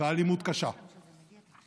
והאכיפה של מדינת ישראל.